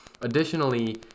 Additionally